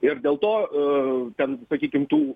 ir dėl to a ten sakykim tų